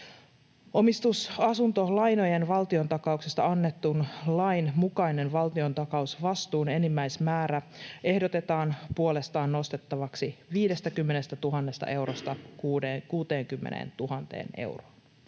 Omistusasuntolainojen valtiontakauksesta annetun lain mukainen valtion takausvastuun enimmäismäärä ehdotetaan puolestaan nostettavaksi 50 000 eurosta 60 000 euroon.